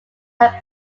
have